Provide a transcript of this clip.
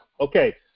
Okay